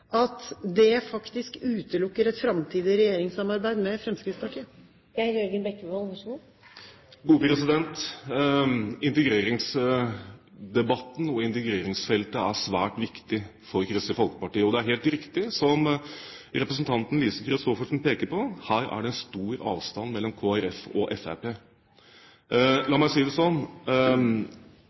at det faktisk utelukker et framtidig regjeringssamarbeid med Fremskrittspartiet? Integreringsdebatten og integreringsfeltet er svært viktig for Kristelig Folkeparti. Det er helt riktig, det som representanten Lise Christoffersen peker på; her er det en stor avstand mellom Kristelig Folkeparti og Fremskrittspartiet. La meg si det sånn: